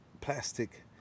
plastic